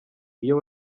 iyo